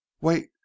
wait